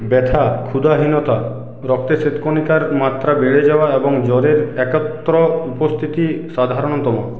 ব্যথা ক্ষুধাহীনতা রক্তে শ্বেতকণিকার মাত্রা বেড়ে যাওয়া এবং জ্বরের একত্র উপস্থিতি সাধারণতম